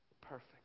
perfect